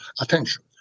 attention